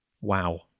Wow